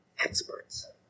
experts